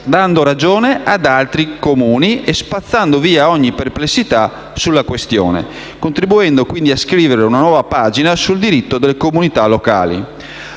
dando ragione ad altri Comuni e spazzando via ogni perplessità sulla questione, contribuendo quindi a scrivere una nuova pagina sul diritto delle comunità locali.